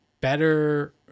better